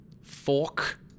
fork